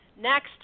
next